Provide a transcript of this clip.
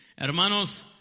Hermanos